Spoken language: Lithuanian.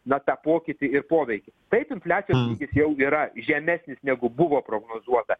na tą pokytį ir poveikį taip infliacijos lygis jau yra žemesnis negu buvo prognozuota